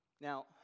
Now